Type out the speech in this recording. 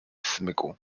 smyku